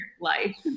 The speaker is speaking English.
life